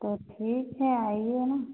तो ठीक है आइए ना